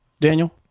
Daniel